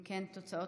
לא?